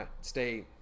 stay